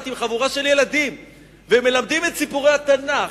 עם חבורת ילדים ומלמדים את סיפורי התנ"ך,